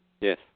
Yes